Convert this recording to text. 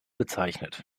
bezeichnet